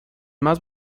más